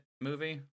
movie